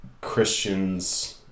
Christians